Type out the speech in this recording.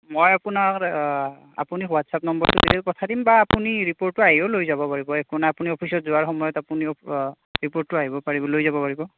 মই আপোনাৰ আপুনি হোৱটচ আপ নম্বৰটো দিলেও পঠাই দিম বা আপুনি ৰিপৰ্টটো আহিও লৈ যাব পাৰিব একো নাই আপুনি অফিচত যোৱাৰ সময়ত আপুনি ৰিপৰ্টটো আহিব পাৰিব লৈ যাব পাৰিব